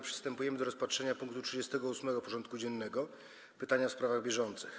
Przystępujemy do rozpatrzenia punktu 38. porządku dziennego: Pytania w sprawach bieżących.